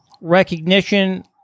recognition